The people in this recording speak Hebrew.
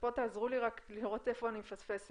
ופה תעזרו רק לראות איפה אני מפספסת,